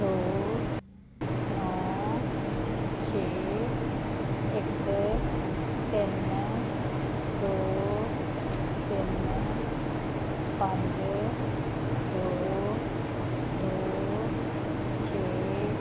ਦੋ ਨੌਂ ਛੇ ਇੱਕ ਤਿੰਨ ਦੋ ਤਿੰਨ ਪੰਜ ਦੋ ਦੋ ਛੇ